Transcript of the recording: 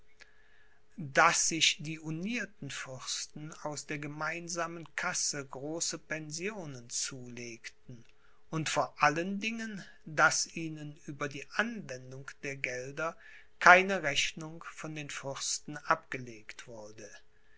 daß sich die unierten fürsten aus der gemeinen kasse große pensionen zulegten und vor allen dingen daß ihnen über die anwendung der gelder keine rechnung von den fürsten abgelegt wurde